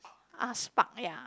ah spark ya